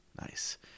Nice